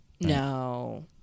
No